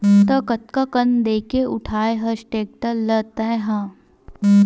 त कतका कन देके उठाय हस टेक्टर ल तैय हा?